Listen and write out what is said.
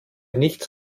nichts